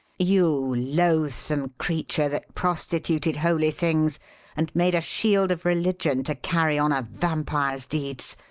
you loathsome creature that prostituted holy things and made a shield of religion to carry on a vampire's deeds.